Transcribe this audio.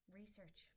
research